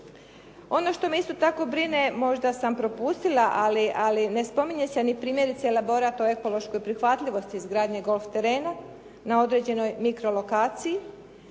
Ono što me isto tako brine možda sam propustila, ali ne spominje se niti primjerice elaborat o ekološkoj prihvatljivosti izgradnje golf terena na određenoj mikro lokaciji